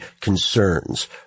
concerns